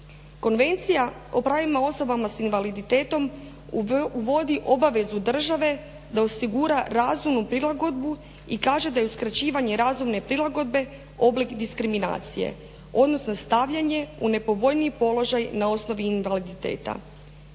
Konvencija o pravima osoba sa invaliditetom uvodi obavezu države da osigura razumnu prilagodbu i kaže da je uskraćivanje razumne prilagodbe oblik diskriminacije, odnosno stavljanje u nepovoljniji položaj na osnovi invaliditeta.